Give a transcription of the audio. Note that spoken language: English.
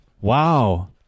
wow